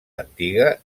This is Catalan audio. antiga